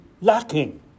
lacking